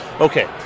Okay